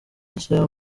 nshya